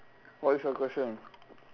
what is your question